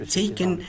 taken